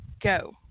Go